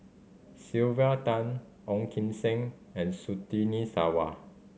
Sylvia Tan Ong Kim Seng and Surtini Sarwan